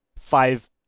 five